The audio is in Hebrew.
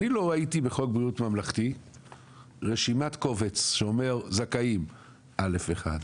אני לא ראיתי בחוק בריאות ממלכתי רשימת קובץ שאומרת 'זכאים א.1,